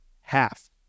Half